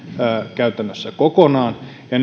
käytännössä kokonaan ja